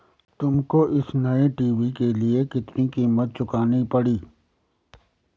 तुमको इस नए टी.वी के लिए कितनी कीमत चुकानी पड़ी?